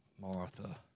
Martha